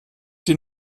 sie